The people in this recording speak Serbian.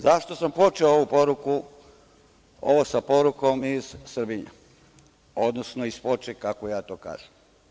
Zašto sam počeo ovo sa porukom iz Srbinja, odnosno iz Foče, kako ja to kažem?